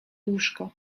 łóżko